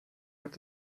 hat